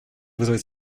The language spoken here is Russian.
вызывает